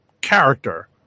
character